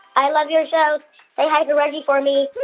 i love your show. say hi to reggie for me